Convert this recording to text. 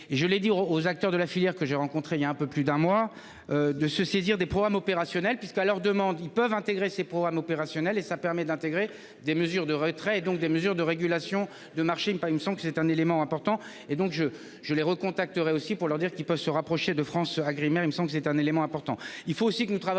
je l'ai dit aux acteurs de la filière que j'ai rencontrés il y a un peu plus d'un mois. De se saisir des programmes opérationnels puisqu'à leur demande, ils peuvent intégrer ces programmes opérationnels et ça permet d'intégrer des mesures de retrait, donc des mesures de régulation de marché, il a une semble que c'est un élément important et donc je je l'ai recontacterai aussi pour leur dire qu'ils peut se rapprocher de France AgriMer il me semble être un élément important,